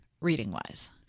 reading-wise